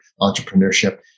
entrepreneurship